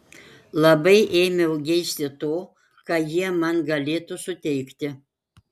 labai ėmiau geisti to ką jie man galėtų suteikti